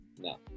No